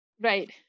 Right